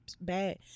bad